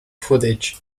footage